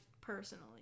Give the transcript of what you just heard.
personally